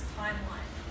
timeline